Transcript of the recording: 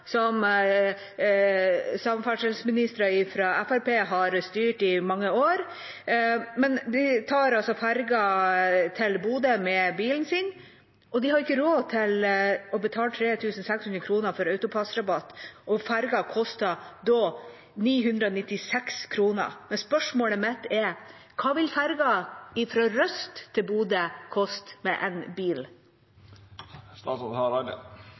som samferdselsministre fra Fremskrittspartiet har styrt i mange år – til Bodø med bilen sin, og de ikke har råd til å betale 3 600 kr for AutoPASS-rabatt, koster ferga da 996 kr. Spørsmålet mitt er: Hva vil ferga fra Røst til Bodø koste med en